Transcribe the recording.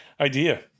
idea